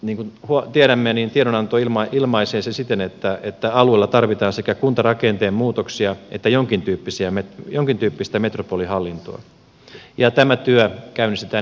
niin kuin tiedämme niin tiedonanto ilmaisee sen siten että alueella tarvitaan sekä kuntarakenteen muutoksia että jonkin tyyppistä metropolihallintoa ja tämä työ käynnistetään esiselvityksellä